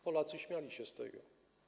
Polacy śmiali się z tego.